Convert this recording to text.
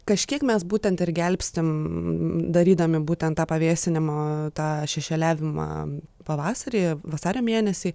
kažkiek mes būtent ir gelbstim darydami būtent tą pavėsinimą tą šešėliavimą pavasarį vasario mėnesį